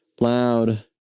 loud